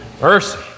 Mercy